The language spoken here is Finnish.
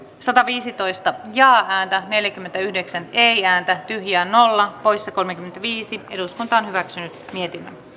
sataviisitoista ja häntä neljäkymmentäyhdeksän neljään täti ja nollan pois kolmekymmentäviisi eduskunta hyväksyi